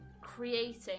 creating